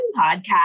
podcast